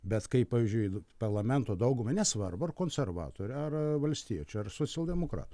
bet kai pavyzdžiui parlamento dauguma nesvarbu ar konservatorių ar valstiečių ar socialdemokratų